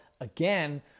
again